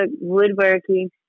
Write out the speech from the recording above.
woodworking